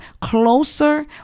closer